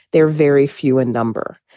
they're very few in number.